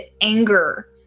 anger